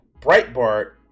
Breitbart